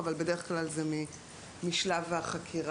אבל בדרך כלל זה משלב החקירה.